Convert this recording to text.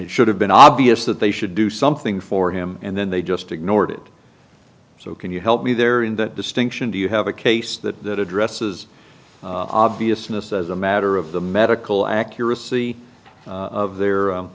it should have been obvious that they should do something for him and then they just ignored it so can you help me there in that distinction do you have a case that addresses obviousness as a matter of the medical accuracy of their